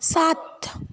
सात